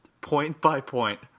point-by-point